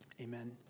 amen